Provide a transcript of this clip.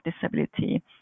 disability